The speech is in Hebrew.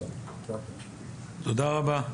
תודה רבה.